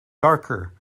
darker